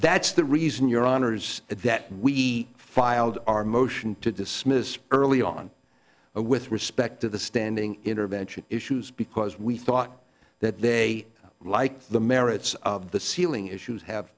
that's the reason your honors that we filed our motion to dismiss early on with respect to the standing intervention issues because we thought that they liked the merits of the sealing issues have